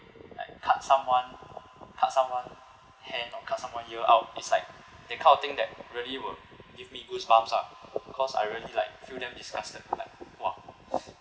like cut someone cut someone hand or cut someone ear out is like that kind of thing that really would give me goosebumps ah because I really like feel damn disgusted like !wah!